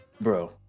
Bro